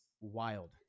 wild